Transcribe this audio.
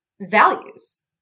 values